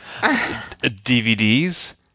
DVDs